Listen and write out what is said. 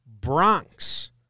Bronx